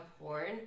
porn